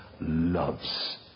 loves